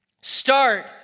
Start